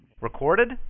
Recorded